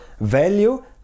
value